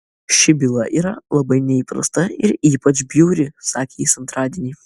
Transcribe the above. ši byla yra labai neįprasta ir ypač bjauri sakė jis antradienį